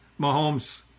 Mahomes